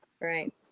right